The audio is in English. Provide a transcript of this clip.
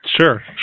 Sure